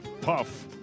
puff